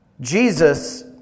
Jesus